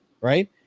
right